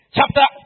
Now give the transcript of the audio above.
Chapter